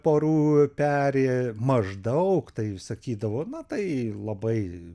porų peri maždaug taip sakydavo na tai labai